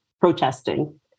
protesting